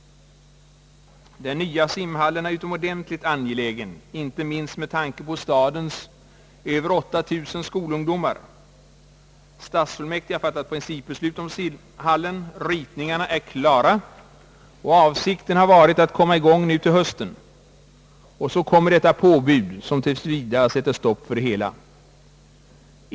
Den nya simhallen är utomordentligt angelägen inte minst med tanke på stadens över 8 000 skolungdomar. Stadsfullmäktige har fattat principbeslut om simhallen, ritningarna är klara, och avsikten har varit att komma i gång nu till hösten. Och så kommer detta påbud, som t. v. sätter stopp för det hela.